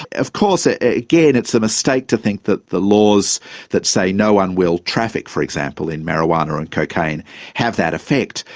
of course, ah again, it's a mistake to think that the laws that say no one will traffic, for example, in marijuana and cocaine have that effect.